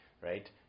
right